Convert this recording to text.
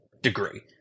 degree